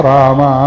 Rama